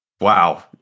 wow